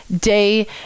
day